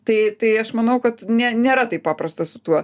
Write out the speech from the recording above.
tai tai aš manau kad ne nėra taip paprasta su tuo